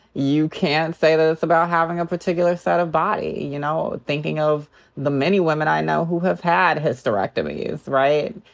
you can't say that it's about having a particular set of body, you know, thinking of the many women i know who have had hysterectomies, right?